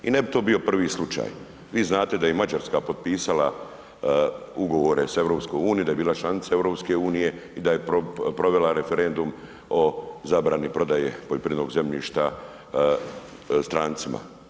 I ne bi to bio prvi slučaj, vi znate da je i Mađarska potpisala ugovore s EU, da je bila članica EU i da je provela referendum o zabrani prodaje poljoprivrednog zemljišta strancima.